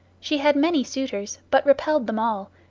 she had many suitors, but repelled them all,